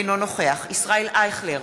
אינו נוכח ישראל אייכלר,